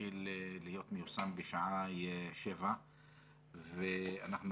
מתחיל להיות מיושם בשעה 19:00. אנחנו